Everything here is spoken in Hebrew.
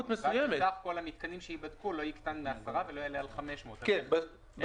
סך כל המתקנים שייבדקו לא יקטן מ-10 ולא יעלה על 500. בתהליך